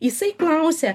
jisai klausia